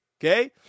Okay